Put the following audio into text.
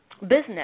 business